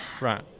Right